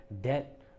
debt